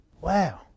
Wow